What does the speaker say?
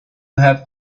have